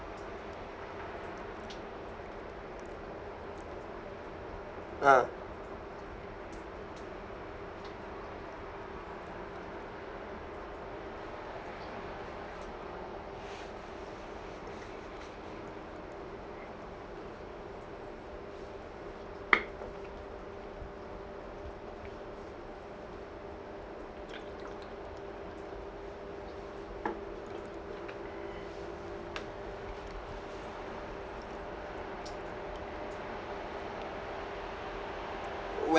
ah